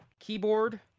keyboard